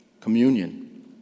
communion